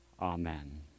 Amen